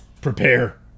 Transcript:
prepare